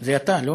זה אתה, לא?